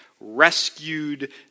rescued